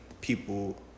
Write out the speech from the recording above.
people